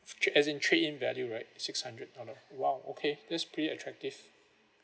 tra~ as in trade in value right six hundred out of !wow! okay that's pretty attractive